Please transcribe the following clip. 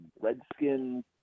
Redskins